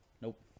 Nope